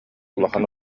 улахан